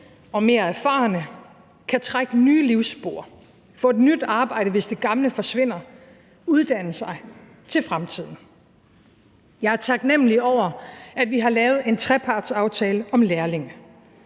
og mere erfarne kan trække nye livsspor, få et nyt arbejde, hvis det gamle forsvinder, og uddanne sig til fremtiden. Jeg er taknemlig over, at vi har lavet en trepartsaftale om lærlinge,